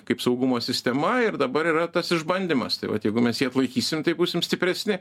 kaip saugumo sistema ir dabar yra tas išbandymas tai vat jeigu mes jį atlaikysim tai būsim stipresni